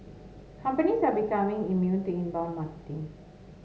companies are becoming immune to inbound marketing